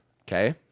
Okay